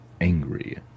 angry